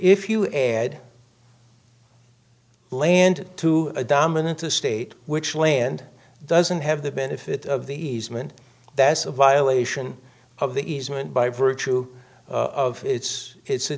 if you add land to a dominant a state which land doesn't have the benefit of the easement that's a violation of the easement by virtue of it's its a